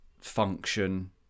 function